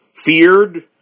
feared